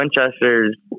Winchester's